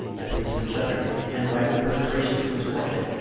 the policeman shuddered and wiped the perspiration from his forehead.